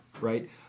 right